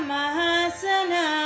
Mahasana